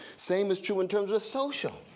same is true in terms of social.